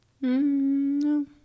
no